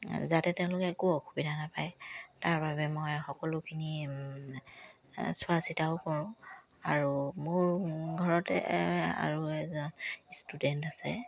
যাতে তেওঁলোকে একো অসুবিধা নাপায় তাৰ বাবে মই সকলোখিনি চোৱা চিতাও কৰোঁ আৰু মোৰ ঘৰতে আৰু এজন ষ্টুডেণ্ট আছে